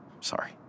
Sorry